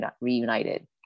reunited